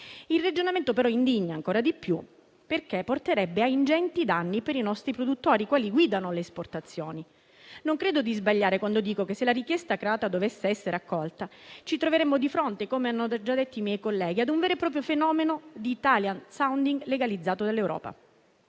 Il ragionamento, però, indigna ancora di più perché porterebbe ingenti danni per i nostri produttori che guidano le esportazioni. Non credo di sbagliare quando dico che, se la richiesta croata dovesse essere accolta, ci troveremmo di fronte, come hanno detto già i miei colleghi, a un vero e proprio fenomeno di *italian sounding* legalizzato dall'Europa.